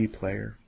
player